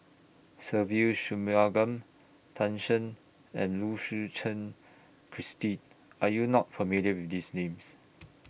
Se Ve Shanmugam Tan Shen and Lu Suchen Christine Are YOU not familiar with These Names